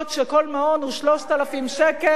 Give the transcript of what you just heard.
כשכל מעון הוא 3,000 שקל,